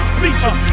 features